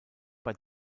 bei